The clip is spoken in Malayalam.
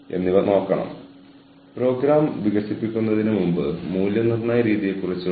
അതിനാൽ ഞാൻ സംസാരിക്കുന്നത് എച്ച്ആർ പ്രൊഫഷണലുകളുടെ ജീവിതത്തെക്കുറിച്ചാണ്